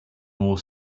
more